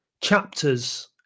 chapters